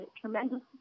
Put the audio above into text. tremendous